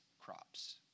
crops